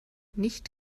nicht